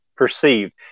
perceived